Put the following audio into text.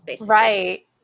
Right